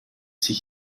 sich